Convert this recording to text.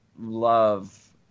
love